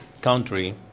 country